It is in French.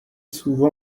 souvent